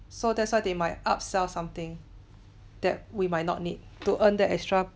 so that's why they might upsell something that we might not need to earn the extra